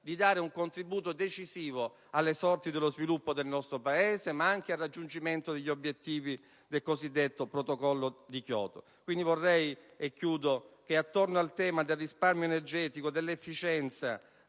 di dare un contributo decisivo alle sorti dello sviluppo del nostro Paese, ma anche al raggiungimento degli obiettivi del cosiddetto protocollo di Kyoto. Vorrei che attorno al tema del risparmio energetico, dell'efficienza,